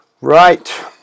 Right